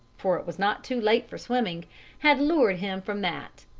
for it was not too late for swimming had lured him from that.